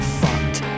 fucked